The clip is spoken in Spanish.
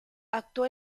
actuó